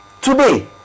Today